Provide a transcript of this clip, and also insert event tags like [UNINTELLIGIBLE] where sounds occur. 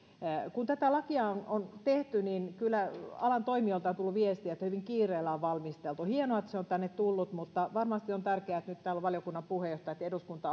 kun tätä lakia on on tehty niin kyllä alan toimijoilta on tullut viestiä että hyvin kiireellä on valmisteltu hienoa että se on tänne tullut mutta varmasti on tärkeää että nyt täällä valiokunnan puheenjohtajat ja eduskunta [UNINTELLIGIBLE]